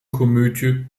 komödie